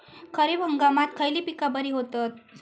खरीप हंगामात खयली पीका बरी होतत?